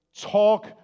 talk